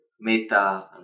Meta